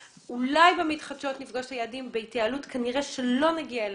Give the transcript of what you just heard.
אולי במתחדשות נפגוש את היעדים אבל בהתייעלות כנראה שלא נגיע אליהם,